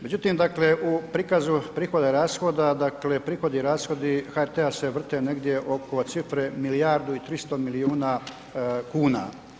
Međutim dakle u prikazu prihoda i rashoda dakle prihodi i rashodi HRT-a se vrte negdje oko cifre milijardu i 300 milijuna kuna.